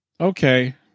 okay